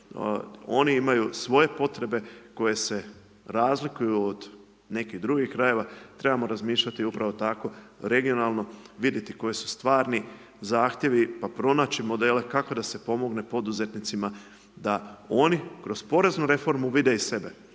oni imaju svoje potrebe, koji se razlikuju od nekih drugih krajeva, trebamo razmišljati upravo tako, regionalno, vidjeti koji su stvarni zahtjevi pa pronaći modele, kako da se pomogne poduzetnicima, da oni kroz poreznu reformu vide i sebe.